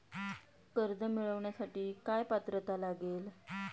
कर्ज मिळवण्यासाठी काय पात्रता लागेल?